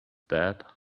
that